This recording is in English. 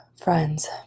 friends